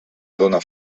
dóna